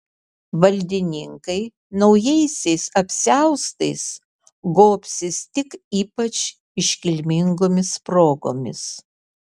valdininkai naujaisiais apsiaustais gobsis tik ypač iškilmingomis progomis